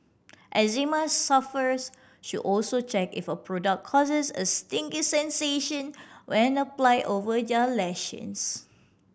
eczema sufferers should also check if a product causes a stinging sensation when applied over their lesions